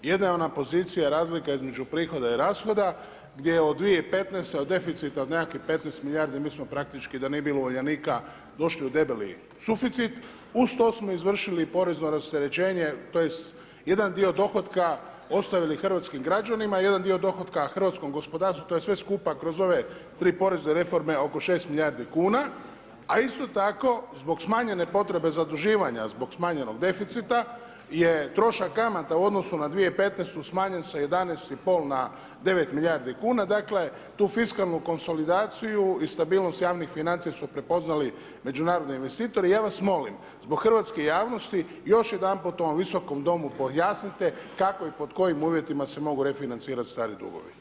Jedna je ona pozicija razlika između prihoda i rashoda, gdje od 2015. od deficita od nekakvih 15 milijardi, mi smo praktički da nije bilo Uljanika, došli u debeli suficit, uz to smo izvršili i porezno rasterećenje, to jest jedan dio dohotka ostavili hrvatskih građanima, jedan dio dohotka hrvatskom gospodarstvu, to je sve skupa kroz ove 3 porezne reforme oko 6 milijardi kuna, a isto tako zbog smanjenje potrebe zaduživanja, zbog smanjenog deficita, je trošak kamata u odnosu na 2015, smanjene sa 11,5 na 9 milijardi kuna, dakle, tu fiskalnu konsolidaciju i stabilnost javnih financija su prepoznali međunarodni investitori, i ja vas molim zbog hrvatske javnosti, još jedanput u ovom visokom domu pojasnite kako i pod kojim uvjetima se mogu refinancirat stari dugovi.